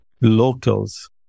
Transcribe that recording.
locals